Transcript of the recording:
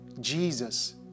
Jesus